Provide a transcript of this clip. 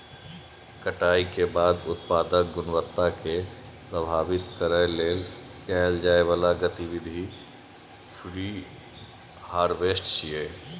कटाइ के बाद उत्पादक गुणवत्ता कें प्रभावित करै लेल कैल जाइ बला गतिविधि प्रीहार्वेस्ट छियै